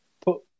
put